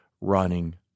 running